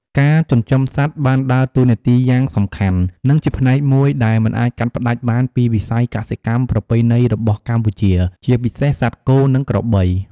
ការចិញ្ចឹមសត្វបានដើរតួនាទីយ៉ាងសំខាន់ និងជាផ្នែកមួយដែលមិនអាចកាត់ផ្ដាច់បានពីវិស័យកសិកម្មប្រពៃណីរបស់កម្ពុជា ជាពិសេសសត្វគោ និងក្របី។